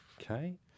Okay